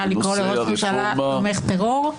מה, לקרוא לראש הממשלה "תומך טרור"?